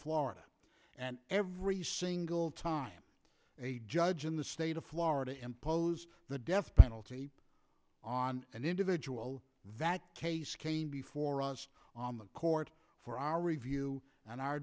florida and every single time a judge in the state of florida impose the death penalty on an individual that case came before us on the court for our review and our